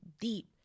deep